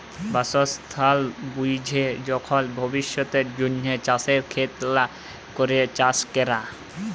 বাসস্থাল বুইঝে যখল ভবিষ্যতের জ্যনহে চাষের খ্যতি লা ক্যরে চাষ ক্যরা